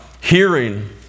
hearing